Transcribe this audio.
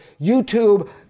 YouTube